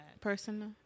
Personal